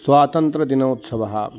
स्वातन्त्रदिनोत्सवः